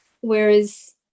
Whereas